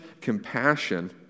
compassion